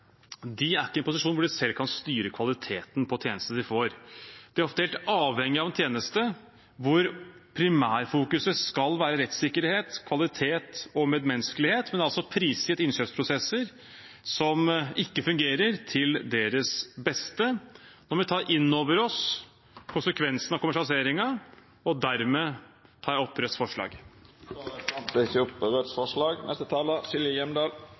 er ikke i en posisjon hvor de selv kan styre kvaliteten på tjenestene de får. De er ofte helt avhengige av en tjeneste hvor primærfokuset skal være rettssikkerhet, kvalitet og medmenneskelighet, men er altså prisgitt innkjøpsprosesser som ikke fungerer til deres beste. Nå må vi ta inn over oss konsekvensen av kommersialiseringen, og dermed tar jeg opp Rødts forslag. Representanten Bjørnar Moxnes har teke opp